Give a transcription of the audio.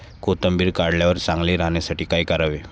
कोथिंबीर काढल्यावर चांगली राहण्यासाठी काय करावे?